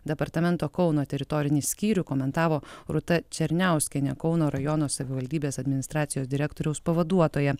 departamento kauno teritorinį skyrių komentavo rūta černiauskienė kauno rajono savivaldybės administracijos direktoriaus pavaduotoja